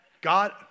God